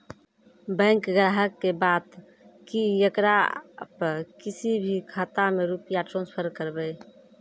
Bank ग्राहक के बात की येकरा आप किसी भी खाता मे रुपिया ट्रांसफर करबऽ?